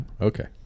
Okay